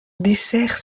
dessert